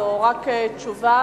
וזו רק תשובה,